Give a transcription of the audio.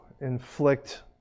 inflict